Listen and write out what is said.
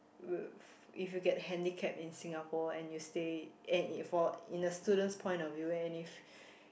if you get handicap in Singapore and you stay and it for in the students' point of view and if